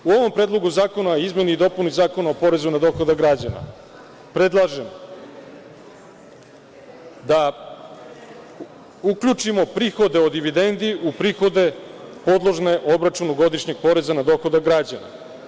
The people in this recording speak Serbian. U ovom Predlogu zakona o izmeni i dopuni Zakona o porezu na dohodak građana predlažem da uključimo prihode od dividendi u prihode podložne obračunu godišnjeg poreza na dohodak građana.